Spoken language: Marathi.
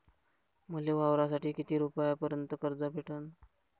मले वावरासाठी किती रुपयापर्यंत कर्ज भेटन?